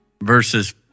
versus